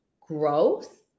growth